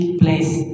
place